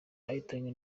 bahitanwe